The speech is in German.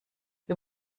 wir